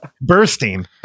Bursting